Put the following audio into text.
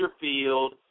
Field